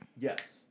Yes